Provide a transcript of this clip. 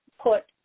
put